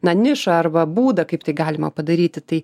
na nišą arba būdą kaip tai galima padaryti tai